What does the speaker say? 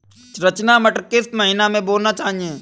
रचना मटर किस महीना में बोना चाहिए?